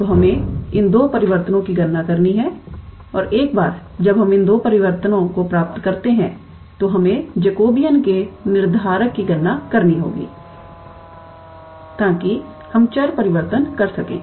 तोहमें इन दो परिवर्तनों की गणना करनी है और एक बार जब हम इन दो परिवर्तन प्राप्त करते हैं तो हमें जेकोबियन के निर्धारक की गणना करनी होगी ताकि हम चर परिवर्तन कर सकें